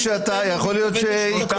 אז הפער